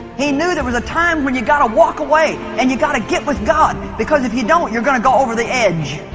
he knew there was a time when you got to walk away and you got to get with god because if you don't you're gonna go over the edge